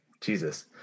Jesus